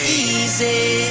easy